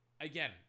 Again